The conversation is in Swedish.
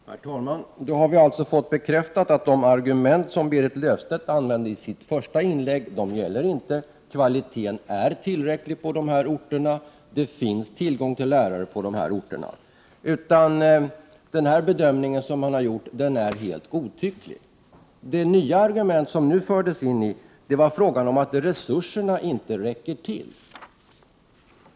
Herr talman! Då har vi alltså fått bekräftat att de argument som Berit Löfstedt använde i sitt första inlägg inte gäller. Kvaliteten är tillräcklig och det finns tillgång till lärare på de orter som diskussionen gäller, och den bedömning som gjorts är helt godtycklig. Det nya argument som nu fördes in var att resurserna inte räcker till.